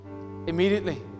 Immediately